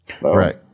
Right